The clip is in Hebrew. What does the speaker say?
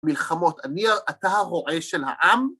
מלחמות. אמיר, אתה רועה של העם